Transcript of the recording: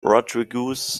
rodriguez